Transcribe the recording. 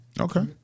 Okay